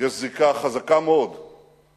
יש זיקה חזקה מאוד שהתקיימה